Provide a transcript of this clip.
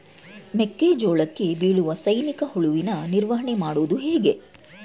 ಮೆಕ್ಕೆ ಜೋಳಕ್ಕೆ ಬೀಳುವ ಸೈನಿಕ ಹುಳುವಿನ ನಿರ್ವಹಣೆ ಮಾಡುವುದು ಹೇಗೆ?